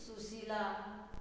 Sushila